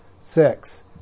six